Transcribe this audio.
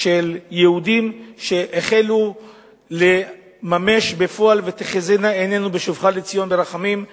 של יהודים שהחלו לממש בפועל "ותחזינה עינינו בשובך לציון ברחמים",